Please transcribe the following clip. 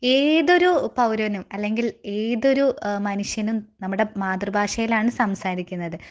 ഏതൊരു പൗരനും അല്ലെങ്കിൽ ഏതൊരു മനുഷ്യനും നമ്മുടെ മാതൃഭാഷയിലാണ് സംസാരിക്കുന്നത്